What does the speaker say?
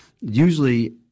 usually